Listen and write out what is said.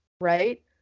right